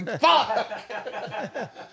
fuck